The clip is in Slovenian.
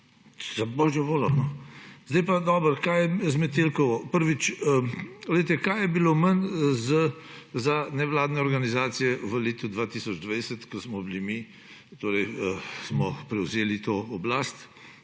Za božjo voljo! Zdaj pa dobro, kaj je z Metelkovo? Prvič, poglejte, kaj je bilo manj za nevladne organizacije v letu 2020, ko smo prevzeli to oblast.